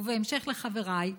ובהמשך לחבריי,